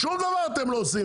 שום דבר אתם לא עושים,